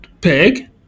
peg